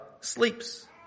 sleeps